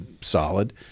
solid